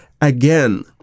again